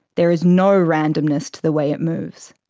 there is no randomness to the way it moves.